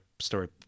story